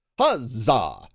Huzzah